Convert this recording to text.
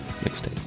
mixtape